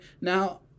Now